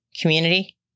community